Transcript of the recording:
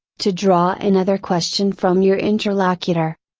to draw another question from your interlocutor.